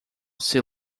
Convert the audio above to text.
sea